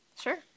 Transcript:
Sure